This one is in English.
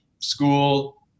school